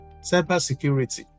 cybersecurity